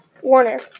Warner